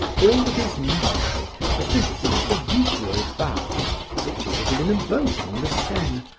all that is necessary is to visit the vigier baths situated in a boat on the seine,